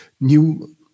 new